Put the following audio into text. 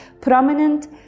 prominent